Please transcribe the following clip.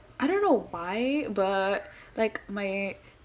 I don't know why but like my